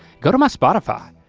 go to my spotify.